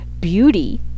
beauty